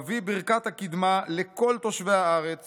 מביא ברכת הקדמה לכל תושבי הארץ